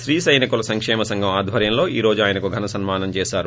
శ్రీ శయన కుల సంక్షేమ సంఘం ఆధ్వర్యంలో ఈ రోజు ఆయనకు ఘన సన్మానం చేశారు